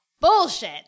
bullshit